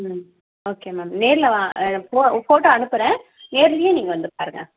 ம் okay ma'am நேரில் வா ஃபோ ஃபோட்டோ அனுப்புகிறேன் நேர்லையும் நீங்கள் வந்து பாருங்கள்